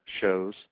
shows